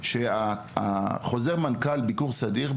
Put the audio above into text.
אז אני מדבר מניסיון.